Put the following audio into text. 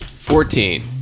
Fourteen